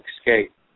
escape